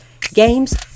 Games